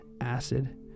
acid